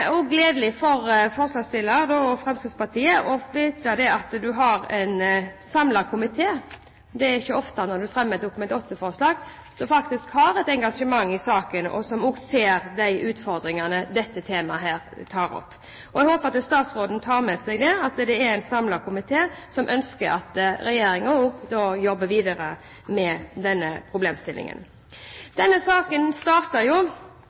også gledelig for forslagsstillerne og Fremskrittspartiet å vite at det er en samlet komité – det er ikke ofte når vi fremmer et Dokument 8-forslag – som har et engasjement i saken, og som også ser de utfordringene dette temaet tar opp. Jeg håper statsråden tar med seg at det er en samlet komité som ønsker at regjeringen jobber videre med denne